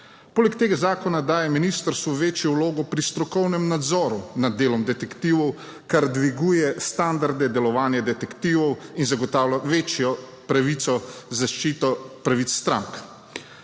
Poleg tega zakona daje ministrstvu večjo vlogo pri strokovnem nadzoru nad delom detektivov, kar dviguje standarde delovanja detektivov in zagotavlja večjo zaščito pravic strank.